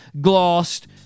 Glossed